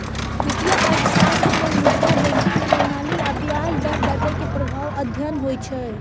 वित्तीय अर्थशास्त्र मे मुद्रा, बैंकिंग प्रणाली आ ब्याज दर बढ़ै के प्रभाव अध्ययन होइ छै